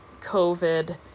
COVID